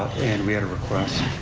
and we had a request.